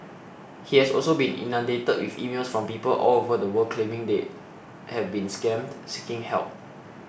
he has also been inundated with emails from people all over the world claiming they have been scammed seeking help